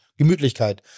Gemütlichkeit